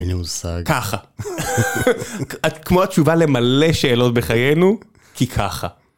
אין לי מושג. -ככה. [צחוקים] כמו התשובה למלא שאלות בחיינו - "כי ככה".